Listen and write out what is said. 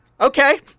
okay